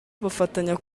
bafatanya